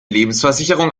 lebensversicherung